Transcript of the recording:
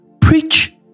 Preach